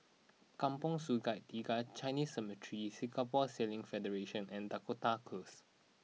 Kampong Sungai Tiga Chinese Cemetery Singapore Sailing Federation and Dakota Close